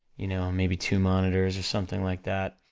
you know, maybe two monitors, or something like that.